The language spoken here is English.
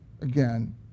again